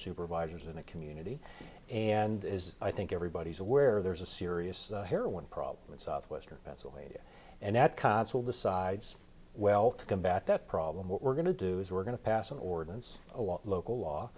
supervisors in a community and as i think everybody's aware there's a serious heroin problem in southwestern pennsylvania and that cuts will decides well to combat that problem what we're going to do is we're going to pass an ordinance local law